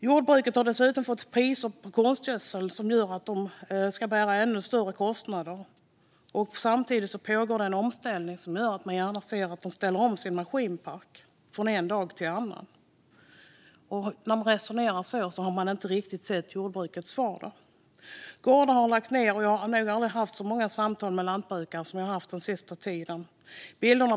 Jordbrukarna har dessutom fått priser på konstgödsel som gör att de ska bära ännu större kostnader. Samtidigt pågår det en omställning som gör att man gärna ser att de ställer om sin maskinpark från en dag till en annan. Den som resonerar så har inte riktigt sett jordbrukets vardag. Gårdar har lagts ned, och jag har nog aldrig haft så många samtal med lantbrukare som jag har haft den senaste tiden.